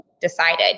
decided